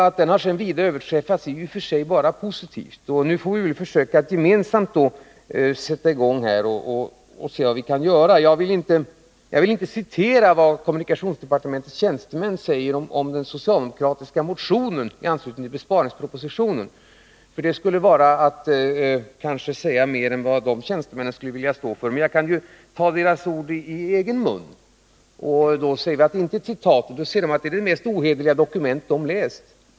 Att prognosen vida har överträffats är bara positivt, och vi får nu försöka att gemensamt se efter vad vi kan göra åt de problem som har uppstått. Jag vill inte citera vad kommunikationsdepartementets tjänstemän säger om den socialdemokratiska motionen i anslutning till besparingspropositionen. Det skulle nämligen kunna innebära att jag kanske säger mer än vad dessa tjänstemän vill stå för. Men jag kan ta deras ord i egen mun och säga att det är det mest ohederliga dokument de har läst.